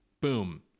boom